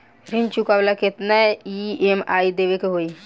ऋण चुकावेला केतना ई.एम.आई देवेके होई?